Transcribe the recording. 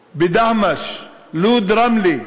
בדהמש, בלוד, ברמלה.